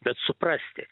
bet suprasti